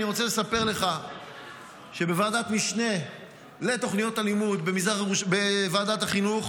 אני רוצה לספר לך שבוועדת המשנה לתוכניות הלימוד בוועדת החינוך